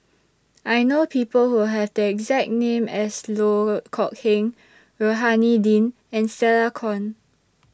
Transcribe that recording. I know People Who Have The exact name as Loh Kok Heng Rohani Din and Stella Kon